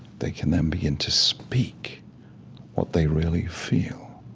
they can then begin to speak what they really feel.